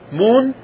moon